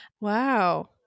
wow